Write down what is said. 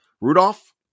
Rudolph